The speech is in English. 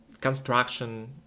construction